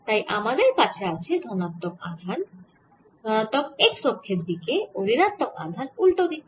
তাই আমাদের এখানে আছে ধনাত্মক আধান ধনাত্মক x অক্ষের দিকে ও ঋণাত্মক আধান উল্টো দিকে